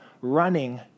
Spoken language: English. running